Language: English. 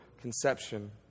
conception